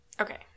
Okay